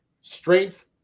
strength